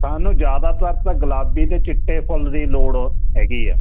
ਸਾਨੂੰ ਜਿਆਦਾਤਰ ਤਾਂ ਗੁਲਾਬੀ ਤੇ ਚਿੱਟੇ ਫੁੱਲ ਦੀ ਲੋੜ ਹੈਗੀ ਆ